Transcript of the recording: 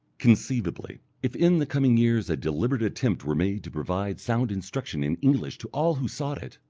conceivably, if in the coming years a deliberate attempt were made to provide sound instruction in english to all who sought it,